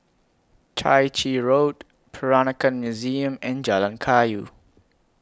Chai Chee Road Peranakan Museum and Jalan Kayu